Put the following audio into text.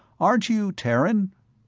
aren't you terran?